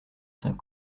saint